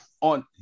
on